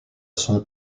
son